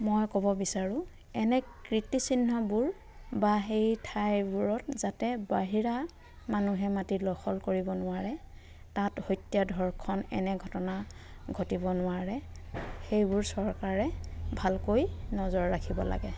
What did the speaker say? মই ক'ব বিচাৰো এনে কীৰ্তিচিহ্নবোৰ বা সেই ঠাইবোৰত যাতে বাহিৰা মানুহে মাটি দখল কৰিব নোৱাৰে তাত হত্যা ধৰ্ষণ এনে ঘটনা ঘটিব নোৱাৰে সেইবোৰ চৰকাৰে ভালকৈ নজৰ ৰাখিব লাগে